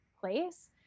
place